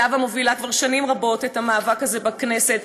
זהבה מובילה כבר שנים רבות את המאבק הזה בכנסת,